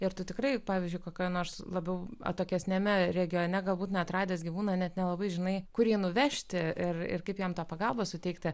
ir tu tikrai pavyzdžiui kokioje nors labiau atokesniame regione galbūt neatradęs gyvūną net nelabai žinai kurie nuvežti ir ir kaip jam ta pagalba suteikta